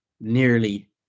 nearly